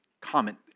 comment